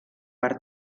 per